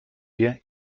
wir